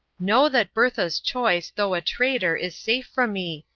know that bertha's choice, though a traitor, is safe from me,